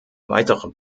weitere